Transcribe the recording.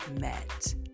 met